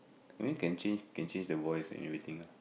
I mean can change can change the voice and everything ah